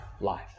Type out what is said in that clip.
life